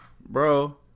bro